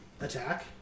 attack